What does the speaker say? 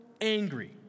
angry